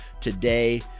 Today